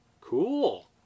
cool